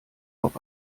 auf